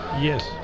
Yes